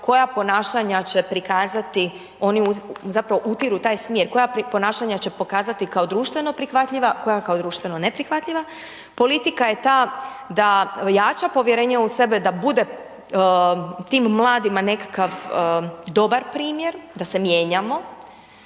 koja ponašanja će prikazati, oni zapravo utiru taj smjeru, koja ponašanja će pokazati kao društvena prihvatljiva, koje kao društveno neprihvatljiva, politika je ta da jača povjerenje u sebe, da bude tim mladima nekakav dobar primjer, da se mijenjamo,